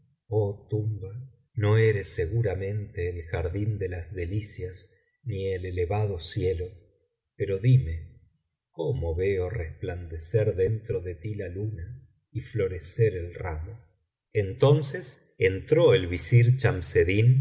no eres seguramente el jardín de las delicias ni el elevado cielo pero dime cómo veo resplandecer dentro de ti la urna y florecer el ramo entonces entró el visir